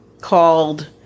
called